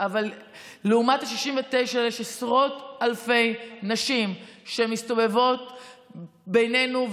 אבל לעומת ה-69 האלה יש עשרות אלפי נשים שמסתובבות בינינו,